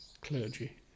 clergy